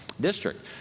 district